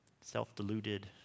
self-deluded